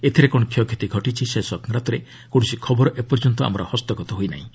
ଏଥିରେ କ'ଣ କ୍ଷୟକ୍ଷତି ଘଟିଛି ସେ ସଂକ୍ରାନ୍ତରେ କୌଣସି ଖବର ଏ ପର୍ଯ୍ୟନ୍ତ ଆମର ହସ୍ତଗତ ହୋଇନାହିଁ